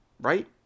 right